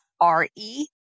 R-E